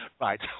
Right